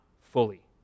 fully